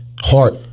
Heart